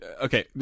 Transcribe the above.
okay